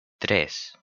tres